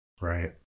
Right